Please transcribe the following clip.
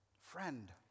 Friend